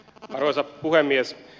arvoisa puhemies